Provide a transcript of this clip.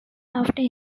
after